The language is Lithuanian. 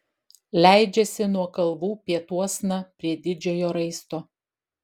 leidžiasi nuo kalvų pietuosna prie didžiojo raisto